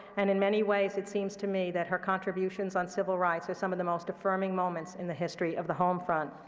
and in many ways, it seems to me that her contributions on civil rights are some of the most affirming moments in the history of the homefront.